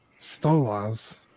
Stolas